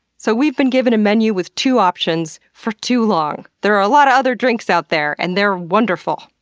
so we've been given menu with two options for too long. there are a lot of other drinks out there and they're wonderful.